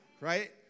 Right